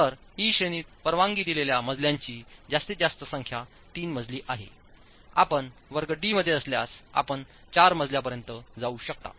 तर ई श्रेणीत परवानगी दिलेल्या मजल्यांची जास्तीत जास्त संख्या 3 मजली आहेआपण वर्ग डी मध्ये असल्यास आपण चार मजल्यापर्यंत जाऊ शकता